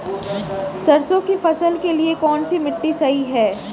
सरसों की फसल के लिए कौनसी मिट्टी सही हैं?